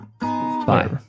Bye